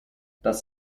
das